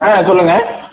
ஆ சொல்லுங்கள்